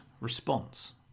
response